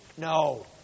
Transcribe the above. No